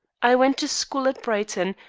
i went to school at brighton,